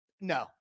No